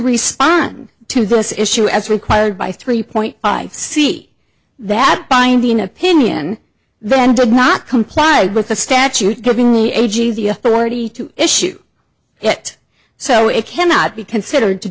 respond to this issue as required by three point i see that binding opinion then did not comply with the statute giving the age of the authority to issue it so it cannot be considered to